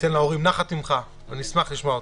וייתן להורים נחת ממך, ואני אשמח לשמוע אותך.